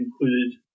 included